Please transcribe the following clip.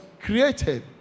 created